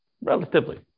relatively